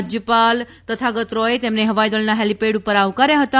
રાજથપાલ તથાગત રોથે તેમને હવાઇદળના હેલીપેડ પર આવકાર્યા હતા